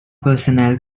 personnel